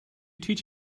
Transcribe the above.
teach